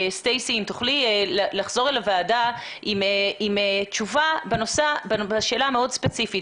אם תוכלי לחזור אל הוועדה עם תשובה בשאלה מאוד ספציפית